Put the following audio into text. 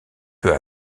peu